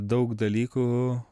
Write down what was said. daug dalykų